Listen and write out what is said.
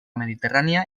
mediterrània